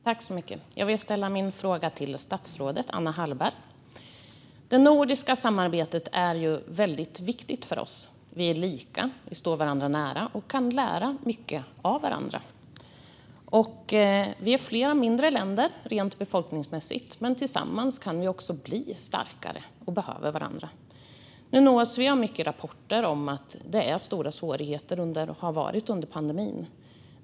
Fru talman! Jag vill ställa min fråga till statsrådet Anna Hallberg. Det nordiska samarbetet är väldigt viktigt för oss. Vi är lika, vi står varandra nära och vi kan lära mycket av varandra. Vi är flera mindre länder, rent befolkningsmässigt. Men tillsammans kan vi bli starkare, och vi behöver varandra. Vi nås av många rapporter om att det är stora svårigheter och att det har varit det under pandemin.